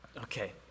Okay